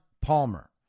Palmer